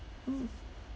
mm